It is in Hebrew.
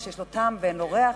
זה שיש לו טעם ואין לו ריח,